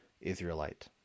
Israelite